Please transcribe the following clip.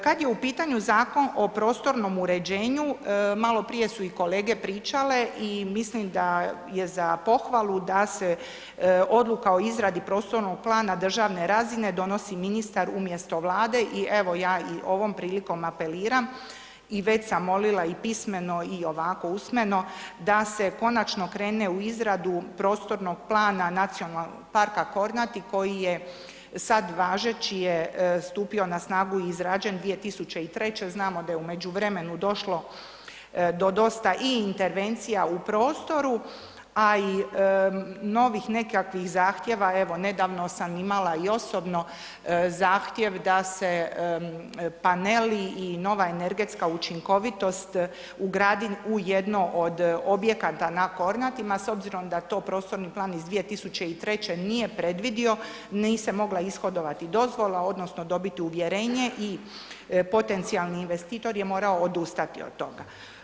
Kad je u pitanju Zakon o prostornom uređenju, maloprije su i kolege pričale i mislim da je za pohvalu da se odluka o izradi prostornog plana državne razine donosi ministar umjesto Vlade i evo, ja i ovom prilikom apeliram i već sam molila i pismeno i ovako usmeno, da se konačno krene u izradu prostornog plana Nacionalnog parka Kornati, koji je sad važeći je stupio na snagu i izrađen 2003., znamo da je u međuvremenu došlo do dosta i intervencija u prostoru, a i novih nekakvih zahtjeva, evo, nedavno sam imala i osobno zahtjev da se paneli i nova energetska učinkovitost ugradi u jedno od objekata na Kornatima s obzirom da to prostorni plan iz 2003. nije predvidio, nije se mogla ishodovati dozvola odnosno dobiti uvjerenje i potencijalni investitor je morao odustati od toga.